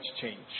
change